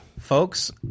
Folks